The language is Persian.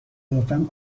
قیافم